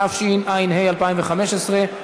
התשע"ה 2015,